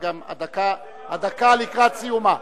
וגם הדקה לקראת סיומה.